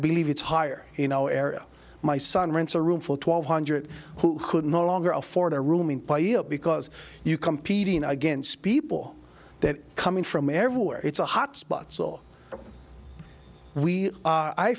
believe it's higher you know area my son rents a room full twelve hundred who could no longer afford a room in pio because you competing against people that are coming from everywhere it's a hot spot so we